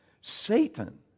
Satan